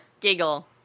Giggle